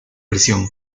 prisión